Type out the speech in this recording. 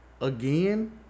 again